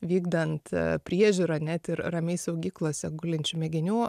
vykdant priežiūrą net ir ramiai saugyklose gulinčių mėginių